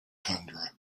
tundra